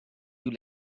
you